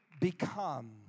become